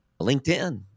LinkedIn